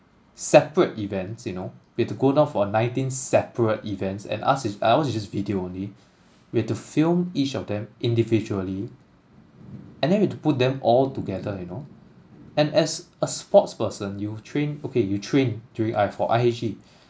separate events you know they had to go down for nineteen separate events and asked if ours is just video only we have to film each of them individually and then we have to put them all together you know and as a sports person you train okay you train during I for I_H_G